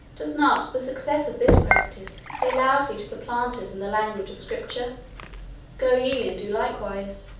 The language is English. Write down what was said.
does not the success of this practice say loudly to the planters in the language of scripture go ye and do likewise?